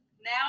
now